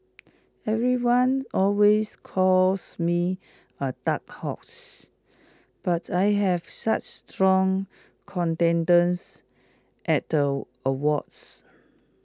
everyone always calls me A dark horse but I have such strong contenders at the awards